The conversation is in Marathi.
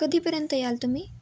कधीपर्यंत याल तुम्ही